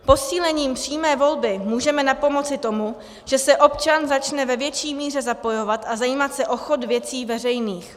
Posílením přímé volby můžeme napomoci tomu, že se občan začne ve větší míře zapojovat a zajímat se o chod věcí veřejných.